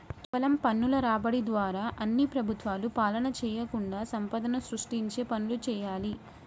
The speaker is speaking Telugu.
కేవలం పన్నుల రాబడి ద్వారా అన్ని ప్రభుత్వాలు పాలన చేయకుండా సంపదను సృష్టించే పనులు చేయాలి